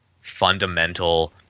fundamental